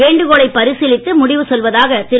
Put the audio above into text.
வேண்டுகோளை பரிசீலித்து முடிவு சொல்வதாக திரு